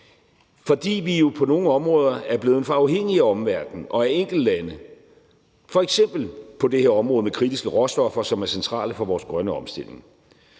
fordi vi jo på nogle områder er blevet for afhængige af omverdenen og af enkeltlande, f.eks. på det her område med de kritiske råstoffer, som er centrale for vores grønne omstilling.